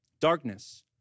darkness